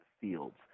fields